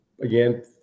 again